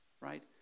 Right